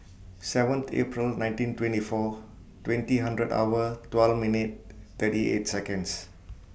seventh April nineteen twenty four twenty hundred hour twelve minute thirty eight Seconds